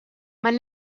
man